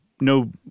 no